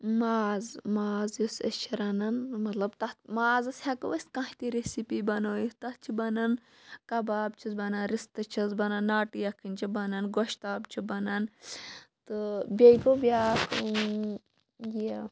ماز ماز یُس أسۍ چھِ رَنان مطلب تَتھ مازَس ہٮ۪کو أسۍ کانٛہہ تہِ ریٚسیٖپی بَنٲیِتھ تَتھ چھِ بَنان کَباب چھِس بَنان رِستہٕ چھِس بَنان ناٹہٕ یَکھٕنۍ چھِ بَنان گۄشتاب چھِ بَنان تہٕ بیٚیہِ گوٚو بیٛاکھ یہِ